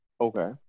Okay